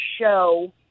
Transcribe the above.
show